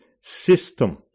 system